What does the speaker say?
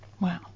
Wow